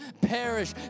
perish